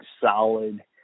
solid